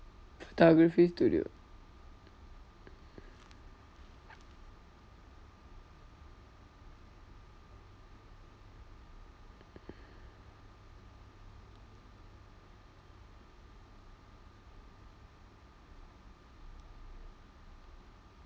photography studio